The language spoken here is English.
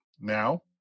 now